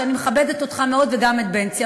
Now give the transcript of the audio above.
שאני מכבדת אותך מאוד וגם את בנצי,